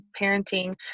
parenting